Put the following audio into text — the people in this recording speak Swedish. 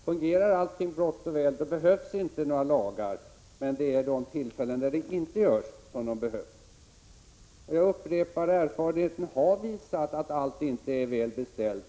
Fungerar allting gott och väl behövs inte några lagar, men det är vid de tillfällen då det inte gör det som de behövs. Jag upprepar att erfarenheten har visat att allt inte är väl beställt.